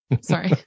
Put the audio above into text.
sorry